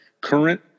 current